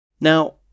Now